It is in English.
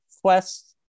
Quest